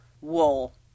wool